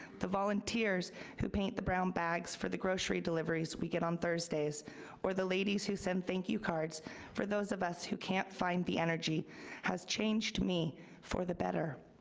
the volunteers who paint the brown bags for the grocery deliveries we get on thursdays or the ladies who sent thank you cards for those of us who can't find the energy has changed me for the better.